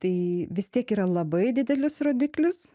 tai vis tiek yra labai didelis rodiklis